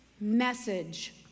message